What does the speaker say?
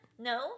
No